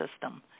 system